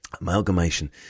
Amalgamation